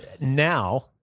now